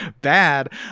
bad